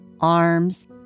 arms